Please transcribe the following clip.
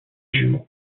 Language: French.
jumeaux